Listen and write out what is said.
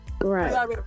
Right